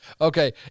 Okay